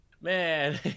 man